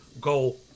goal